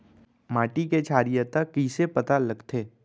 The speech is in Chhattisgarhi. माटी के क्षारीयता कइसे पता लगथे?